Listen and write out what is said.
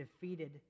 defeated